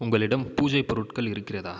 உங்களிடம் பூஜை பொருட்கள் இருக்கிறதா